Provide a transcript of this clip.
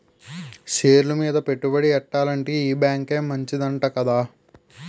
షేర్లు మీద పెట్టుబడి ఎట్టాలంటే ఈ బేంకే మంచిదంట కదా